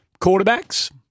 quarterbacks